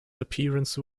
appearance